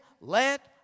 let